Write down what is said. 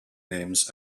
names